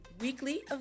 weekly